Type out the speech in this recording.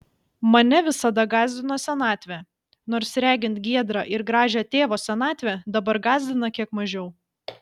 mane visada gąsdino senatvė nors regint giedrą ir gražią tėvo senatvę dabar gąsdina kiek mažiau